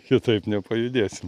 kitaip nepajudėsim